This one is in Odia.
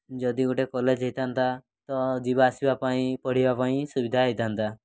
ଯଦି ଗୋଟେ କଲେଜ୍ ହୋଇଥାଆନ୍ତା ତ ଯିବା ଆସିବା ପାଇଁ ପଢ଼ିବା ପାଇଁ ସୁବିଧା ହୋଇଥାଆନ୍ତା